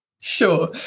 Sure